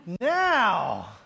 Now